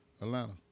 Atlanta